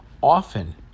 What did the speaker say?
often